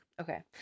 Okay